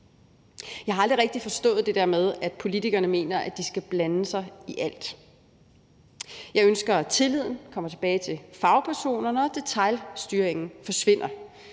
Jeg har aldrig rigtig forstået det der med, at politikerne mener, at de skal blande sig i alt. Jeg ønsker, at tilliden kommer tilbage til fagpersonerne, og at detailstyringen forsvinder.